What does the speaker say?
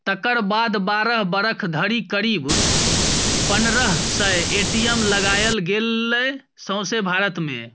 तकर बाद बारह बरख धरि करीब पनरह सय ए.टी.एम लगाएल गेलै सौंसे भारत मे